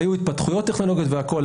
והיו התפתחויות טכנולוגיות והכול.